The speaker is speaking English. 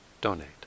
donate